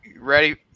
Ready